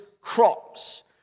crops